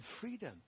freedom